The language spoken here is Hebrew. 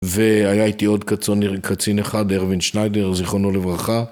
והיה איתי עוד קצין אחד, הרווין שניידר, זיכרונו לברכה.